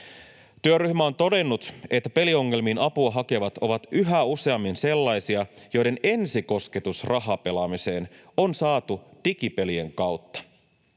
Työryhmä on todennut, että peliongelmiin apua hakevat ovat yhä useammin sellaisia, joiden ensikosketus rahapelaamiseen on saatu digipelien kautta.